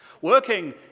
working